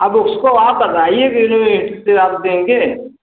अब उसको आप बताइए किस रेट से आप देंगे